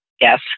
Yes